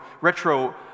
retro